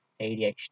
ADHD